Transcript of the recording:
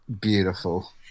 beautiful